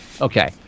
Okay